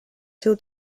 seu